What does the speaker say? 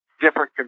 different